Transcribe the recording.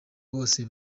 bose